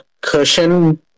cushion